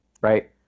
right